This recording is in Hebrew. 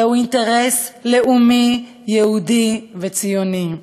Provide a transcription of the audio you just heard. זהו אינטרס לאומי, יהודי וציוני.